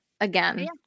again